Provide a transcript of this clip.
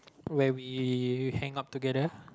when we hang out together